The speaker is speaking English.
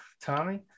tommy